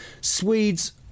Swedes